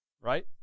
right